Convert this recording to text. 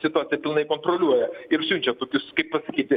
situaciją pilnai kontroliuoja ir siunčia kokius kaip pasakyti